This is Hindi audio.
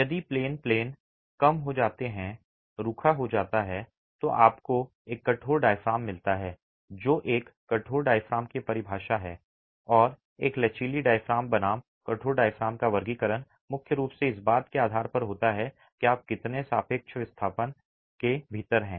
यदि प्लेन प्लेन कम हो जाते हैं रूखा हो जाता है तो आपको एक कठोर डायफ्राम मिल जाता है जो एक कठोर डायफ्राम की परिभाषा है और एक लचीली डायफ्राम बनाम कठोर डायफ्राम का वर्गीकरण मुख्य रूप से इस बात के आधार पर होता है कि आप कितने सापेक्ष विस्थापन के भीतर हैं